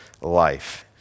life